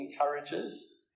encourages